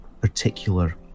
particular